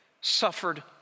suffered